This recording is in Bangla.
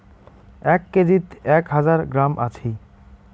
এক কেজিত এক হাজার গ্রাম আছি